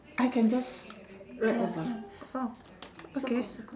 I can just write orh okay